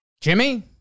Jimmy